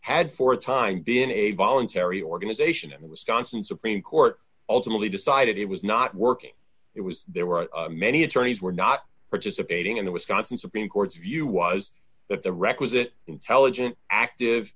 had for a time been a voluntary organization in wisconsin supreme court ultimately decided it was not working it was there were many attorneys were not participating in the wisconsin supreme court's view was that the requisite intelligent active